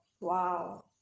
Wow